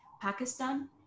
Pakistan